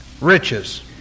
riches